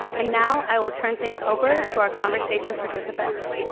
and now i will turn things over to our conversation participants.